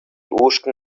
ушкӑн